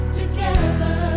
together